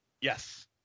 Yes